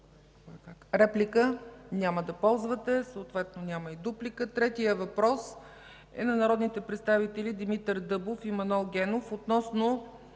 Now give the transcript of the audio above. Реплика? Няма да ползвате, съответно няма и дуплика. Третият въпрос е на народните представители Димитър Дъбов и Манол Генов относно